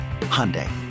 Hyundai